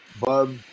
Bub